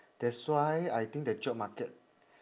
that's why I think the job market